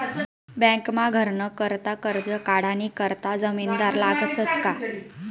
बँकमा घरनं करता करजं काढानी करता जामिनदार लागसच का